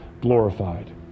glorified